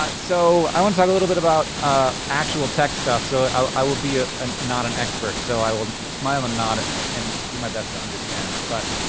ah so, i want to talk a little bit about ah actual tech stuff. so i will be ah not an expert. so i will smile and nod and do my best to understand. but,